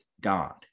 God